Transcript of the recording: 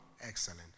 Excellent